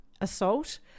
assault